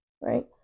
right